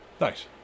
Nice